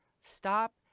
Stop